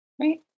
Right